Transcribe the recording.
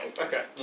Okay